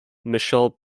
michel